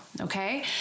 okay